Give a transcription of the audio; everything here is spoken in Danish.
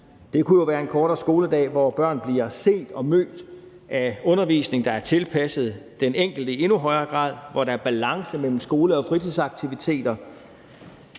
Det kunne jo være en kortere skoledag, hvor børn bliver set og mødt med en undervisning, der i endnu højere grad er tilpasset den enkelte, og hvor der er balance mellem skole- og fritidsaktiviteter.